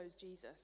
Jesus